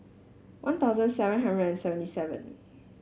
One Thousand seven hundred and seventy seven